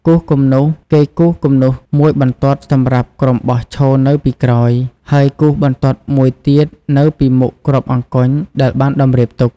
គូសគំនូស គេគូសគំនូសមួយបន្ទាត់សម្រាប់ក្រុមបោះឈរនៅពីក្រោយ ហើយគូសបន្ទាត់មួយទៀតនៅពីមុខគ្រាប់អង្គញ់ដែលបានតម្រៀបទុក ។